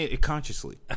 consciously